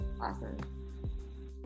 Awesome